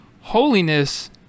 Holiness